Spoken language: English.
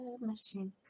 machine